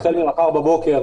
החל ממחר בבוקר,